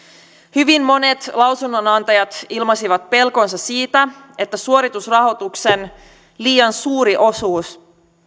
hyvin monet lausunnonantajat ilmaisivat pelkonsa siitä että suoritusrahoituksen liian suuri osuus